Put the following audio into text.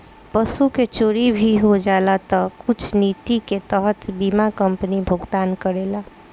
पशु के चोरी भी हो जाला तऽ कुछ निति के तहत बीमा कंपनी भुगतान करेला